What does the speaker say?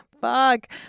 Fuck